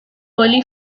early